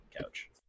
couch